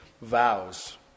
vows